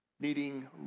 needing